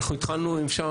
(שקף: שגרת המטה).